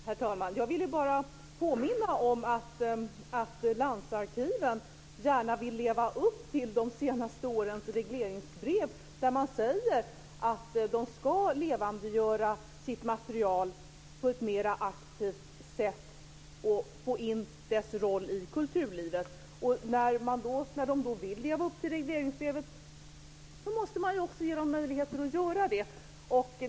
Herr talman! Jag ville bara påminna om att landsarkiven gärna vill leva upp till de senaste årens regleringsbrev. Där säger man att de ska levandegöra sitt material på ett mer aktivt sätt och låta det få en roll i kulturlivet. När de då vill leva upp till regleringsbrevet måste man också ge dem möjligheter att göra det.